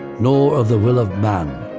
nor of the will of man,